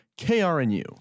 KRNU